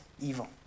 evil